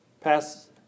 pass